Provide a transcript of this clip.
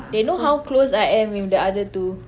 they know how close I am with the other two